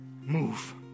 move